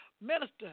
minister